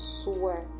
swear